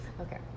Okay